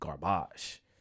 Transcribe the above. garbage